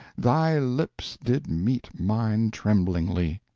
thy lips did meet mine tremblingly.